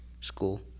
school